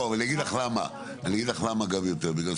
אני אגיד לך גם יותר, בגלל